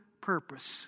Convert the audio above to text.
purpose